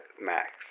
max